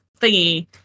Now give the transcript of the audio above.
thingy